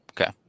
Okay